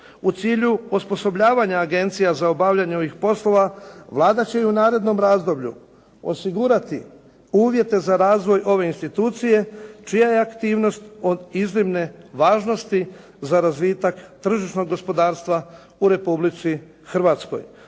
u cilju osposobljavanja agencija za obavljanje ovih poslova Vlada će i u narednom razdoblju osigurati uvjete za razvoj ove institucije čija je aktivnost od iznimne važnosti za razvitak tržišnog gospodarstva u Republici Hrvatskoj